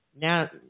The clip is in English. now